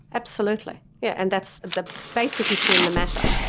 absolutely. yeah and that's the basic issue in the matter,